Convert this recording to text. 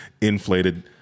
inflated